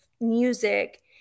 music